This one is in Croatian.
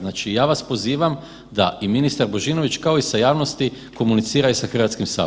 Znači ja vas pozivam da i ministar Božinović kao i sa javnosti komunicira i sa Hrvatskim saborom.